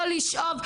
לא לשאוב,